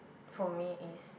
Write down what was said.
for me is